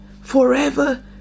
Forever